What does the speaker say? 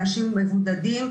אנשים מבודדים,